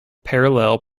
parallel